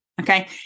Okay